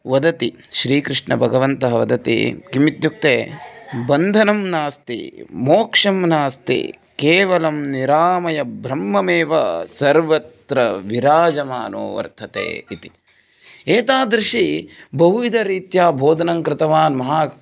वदति श्रीकृष्णभगवन्तः वदति किमित्युक्ते बन्धनं नास्ति मोक्षं नास्ति केवलं निरामयब्रह्ममेव सर्वत्र विराजमानः वर्तते इति एतादृशं बहुविधरीत्या बोधनं कृतवान् महा